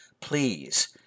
Please